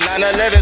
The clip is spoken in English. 911